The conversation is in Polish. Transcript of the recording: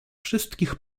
wszystkich